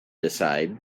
decide